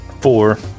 Four